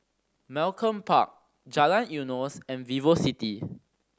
Malcolm Park Jalan Eunos and VivoCity